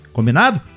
Combinado